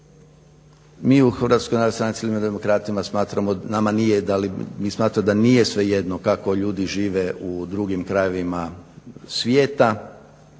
Mi u HNS-u smatramo, nama nije, mi smatramo da nije svejedno kako ljudi žive u drugim krajevima svijeta.